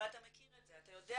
אבל אתה מכיר את זה, אתה יודע.